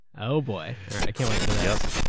oh, boy, i can't wait for this. yeah,